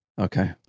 Okay